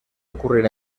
ocurrir